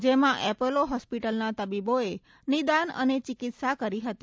જેમાં એપોલો હોસ્પીટલના તબીબોએ નિદાન અને ચિકિત્સા કરી હતી